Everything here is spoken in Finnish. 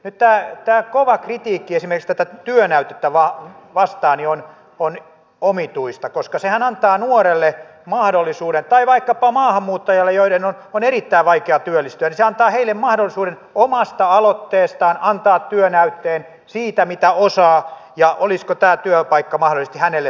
nyt tämä kova kritiikki esimerkiksi tätä työnäytettä vastaan on omituista koska sehän antaa nuorelle tai vaikkapa maahanmuuttajalle jonka on erittäin vaikea työllistyä mahdollisuuden omasta aloitteestaan antaa työnäytteen siitä mitä osaa ja olisiko tämä työpaikka mahdollisesti hänelle sopiva